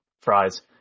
fries